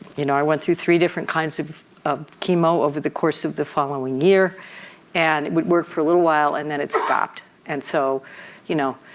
you know i went through three different kinds of ah chemo over the course of the following year and it would work for a little while and then it stopped. and so you know